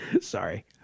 Sorry